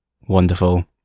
Wonderful